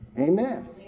Amen